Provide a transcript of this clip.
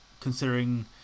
considering